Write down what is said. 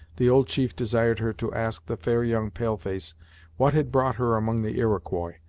the old chief desired her to ask the fair young pale-face what had brought her among the iroquois,